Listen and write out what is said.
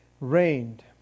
reigned